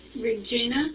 Regina